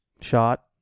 shot